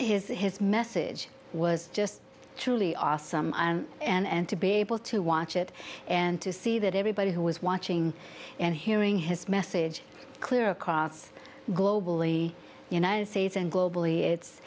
elect his message was just truly awesome and to be able to watch it and to see that everybody who was watching and hearing his message clear across globally united states and globally it's